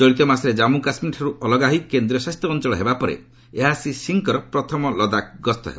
ଚଳିତ ମାସରେ କାମ୍ମୁ କାଶ୍ମୀଠାରୁ ଅଲଗା ହୋଇ କେନ୍ଦ୍ରଶାସିତ ଅଞ୍ଚଳ ହେବା ପରେ ଏହା ଶ୍ରୀ ସିଂହଙ୍କର ପ୍ରଥମ ଲଦାଖ ଗସ୍ତ ହେବ